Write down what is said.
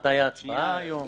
מתי ההצבעה תהיה היום?